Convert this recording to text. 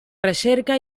recerca